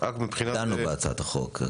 דנו בהצעת החוק.